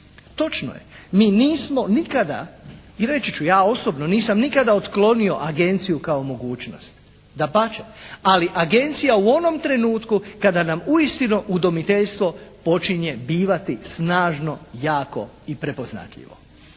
Točno je, mi nismo nikada i reći ću, ja osobno nisam nikada otklonio agenciju kao mogućnost. Dapače, ali agencija u onom trenutku kada nam uistinu udomiteljstvo počinje bivati snažno, jako i prepoznatljivo.